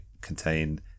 contain